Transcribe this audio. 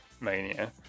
Mania